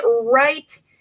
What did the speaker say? right